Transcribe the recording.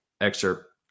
excerpt